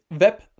Web